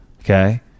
okay